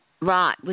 Right